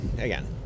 again